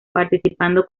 participando